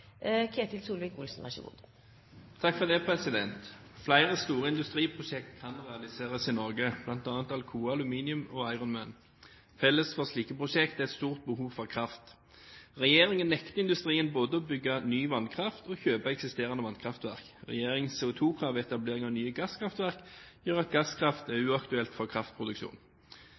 Felles for slike prosjekter er stort behov for kraft. Regjeringen nekter industrien både å bygge nye vannkraftverk og kjøpe eksisterende vannkraftverk. Regjeringens CO2-krav ved etablering av nye gasskraftverk gjør gasskraft uaktuelt for kraftproduksjon.